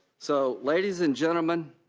so ladies and gentlemen,